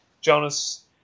Jonas